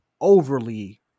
overly